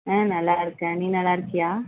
நல்லாருக்கேன் நீ நல்லா இருக்கியா